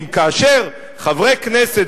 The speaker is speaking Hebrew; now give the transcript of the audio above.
כי כאשר חברי כנסת,